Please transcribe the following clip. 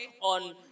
on